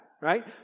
right